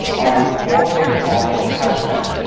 ah the explore page, and also hashtags.